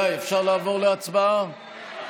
הצבעה.